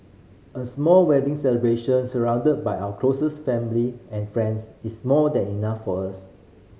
a small wedding celebration surrounded by our closest family and friends is more than enough for us